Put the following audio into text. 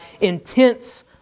intense